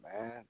man